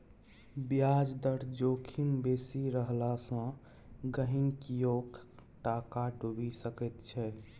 ब्याज दर जोखिम बेसी रहला सँ गहिंकीयोक टाका डुबि सकैत छै